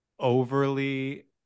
overly